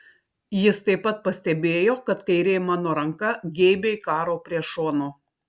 jis taip pat pastebėjo kad kairė mano ranka geibiai karo prie šono